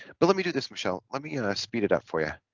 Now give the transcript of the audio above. but let me do this michelle let me you know speed it up for you